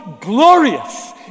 glorious